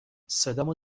صدامو